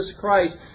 Christ